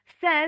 says